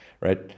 Right